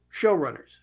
showrunners